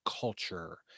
culture